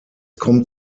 kommt